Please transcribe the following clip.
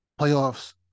playoffs